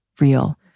real